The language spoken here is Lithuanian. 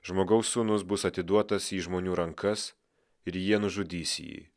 žmogaus sūnus bus atiduotas į žmonių rankas ir jie nužudys jį